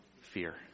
fear